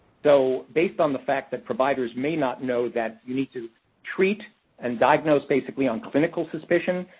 so, based on the fact that providers may not know that you need to treat and diagnose, basically, on clinical suspicion,